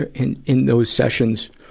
ah in, in those sessions,